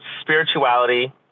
spirituality